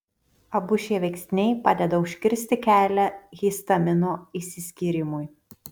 abu šie veiksniai padeda užkirsti kelią histamino išsiskyrimui